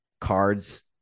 Cards